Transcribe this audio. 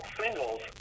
singles